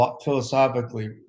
Philosophically